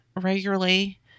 regularly